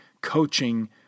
coaching